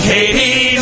Katie